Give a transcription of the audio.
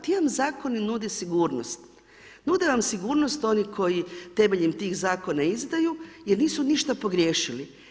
Ti vam zakoni nude sigurnost, nude vam sigurnost oni koji temeljem tih zakona izdaju jer nisu ništa pogriješili.